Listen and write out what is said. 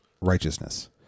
righteousness